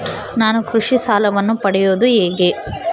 ನಾನು ಕೃಷಿ ಸಾಲವನ್ನು ಪಡೆಯೋದು ಹೇಗೆ?